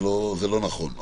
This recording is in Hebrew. זה לא נכון.